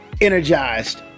energized